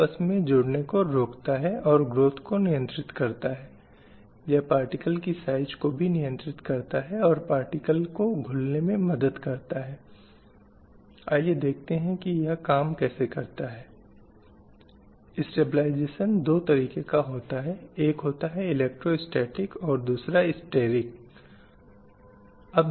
चाहे विभिन्न अधिकारों से वंचन जिनके साथ उसका सामना हो रहा था स्वयं पर अधिकार मत का अधिकार संपत्ति के स्वामित्व का अधिकार विरासत का अधिकार विवाह तलाक का अधिकार आदि रोजगार का अधिकार और कई अन्य